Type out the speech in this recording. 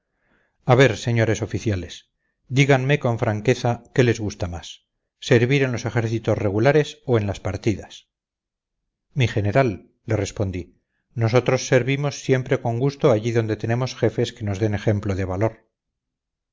a ver señores oficiales díganme con franqueza qué les gusta más servir en los ejércitos regulares o en las partidas mi general le respondí nosotros servimos siempre con gusto allí donde tenemos jefes que nos den ejemplo de valor